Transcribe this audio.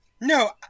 No